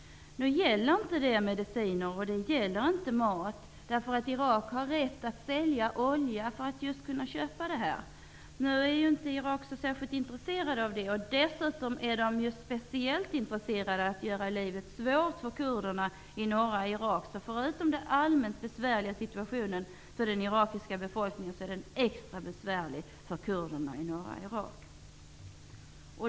Nu gäller inte dessa sanktioner mat och mediciner, då Irak har rätt att sälja olja för att köpa dessa varor. Men nu är inte Irak särskilt intresserat av att sälja dessa varor, dessutom är Irak speciellt intresserat av att göra livet svårt för kurderna i norra Irak. Förutom den allmänt besvärliga situationen för den irakiska befolkningen, är den extra besvärlig för kurderna i norra Irak.